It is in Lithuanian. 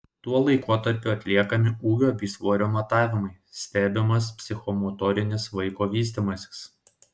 tuo laikotarpiu atliekami ūgio bei svorio matavimai stebimas psichomotorinis vaiko vystymasis